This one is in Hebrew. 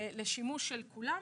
לשימוש של כולם.